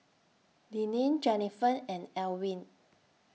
Deneen Jennifer and Elwin